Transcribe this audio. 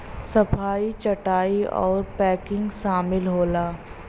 सफाई छंटाई आउर पैकिंग सामिल होला